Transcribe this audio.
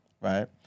right